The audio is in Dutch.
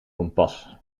kompas